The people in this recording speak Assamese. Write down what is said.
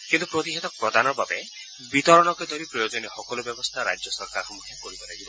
কিন্তু প্ৰতিষেধক প্ৰদানৰ বাবে বিতৰণকে ধৰি প্ৰয়োজনীয় সকলো ব্যৱস্থা ৰাজ্য চৰকাৰসমূহে কৰিব লাগিব